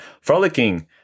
Frolicking